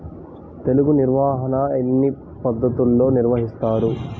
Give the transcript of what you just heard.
తెగులు నిర్వాహణ ఎన్ని పద్ధతుల్లో నిర్వహిస్తారు?